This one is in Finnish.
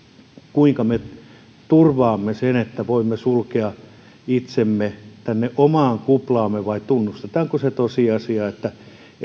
kuinka me turvaamme sen että voimme sulkea itsemme tänne omaan kuplaamme vai tunnustammeko sen tosiasian että